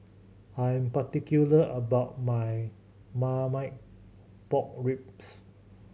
I'm particular about my Marmite Pork Ribs